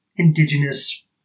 indigenous